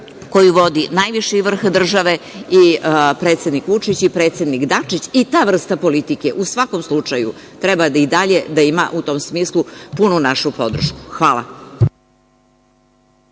koju vodi najviši vrh države i predsednik Vučić i predsednik Dačić. Ta vrsta politike u svakom slučaju treba i dalje da ima u tom smislu punu našu podršku. Hvala.